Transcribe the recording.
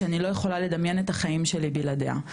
שאני לא יכולה לדמיין את החיים שלי בלעדיה,